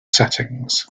settings